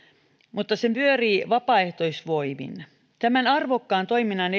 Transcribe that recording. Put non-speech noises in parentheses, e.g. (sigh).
mutta se pyörii vapaaehtoisvoimin tämän arvokkaan toiminnan (unintelligible)